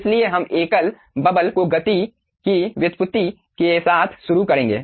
इसलिए हम एकल बबल को गति की व्युत्पत्ति के साथ शुरू करेंगे